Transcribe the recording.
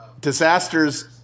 disasters